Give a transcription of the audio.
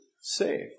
save